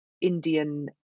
Indian